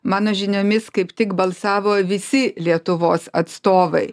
mano žiniomis kaip tik balsavo visi lietuvos atstovai